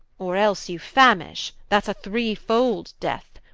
or else you famish, that's a three-fold death.